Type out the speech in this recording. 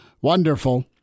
Wonderful